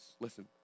Listen